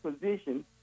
position